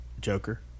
Joker